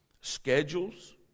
Schedules